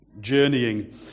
Journeying